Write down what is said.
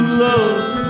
love